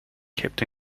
kept